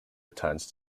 returns